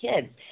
kids